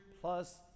plus